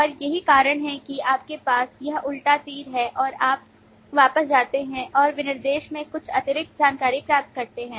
और यही कारण है कि आपके पास यह उल्टा तीर है और आप वापस जाते हैं और विनिर्देश में कुछ अतिरिक्त जानकारी प्राप्त करते हैं